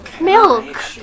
Milk